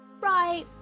Right